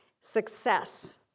success